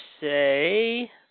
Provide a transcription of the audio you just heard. say